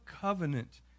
covenant